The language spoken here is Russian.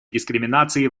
дискриминации